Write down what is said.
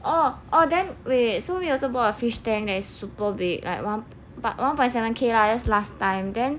oh oh then wait wait so we also bought a fish tank that like is super big like one point seven K lah that's last time then